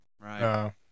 right